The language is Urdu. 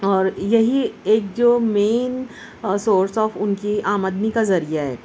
اور یہی ایک جو مین سورس آف ان کی آمدنی کا ذریعہ ہے